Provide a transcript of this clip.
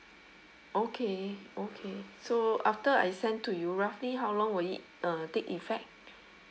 okay okay so after I send to you roughly how long will it uh take effect